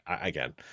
Again